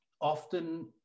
often